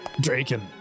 Draken